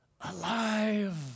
alive